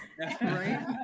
Right